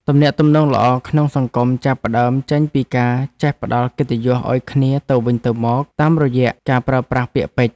ទំនាក់ទំនងល្អក្នុងសង្គមចាប់ផ្តើមចេញពីការចេះផ្ដល់កិត្តិយសឱ្យគ្នាទៅវិញទៅមកតាមរយៈការប្រើប្រាស់ពាក្យពេចន៍។